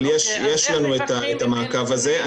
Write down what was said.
אבל יש לנו את המעקב הזה.